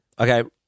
Okay